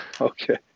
Okay